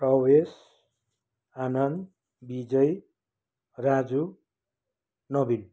प्रवेश आनन्द विजय राजु नवीन